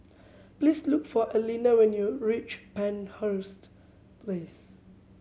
please look for Elena when you reach Penhurst Place